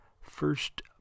First